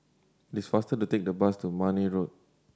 it is faster to take the bus to Marne Road